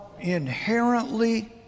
inherently